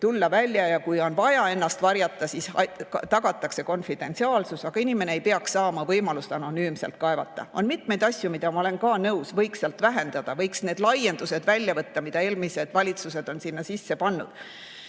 tulla välja, ja kui on vaja ennast varjata, siis tagatakse konfidentsiaalsus, aga inimene ei peaks saama võimalust anonüümselt kaevata. On mitmeid asju, mida – ma olen ka nõus – võiks seal vähendada. Võiks välja võtta need laiendused, mida eelmised valitsused on sinna sisse pannud.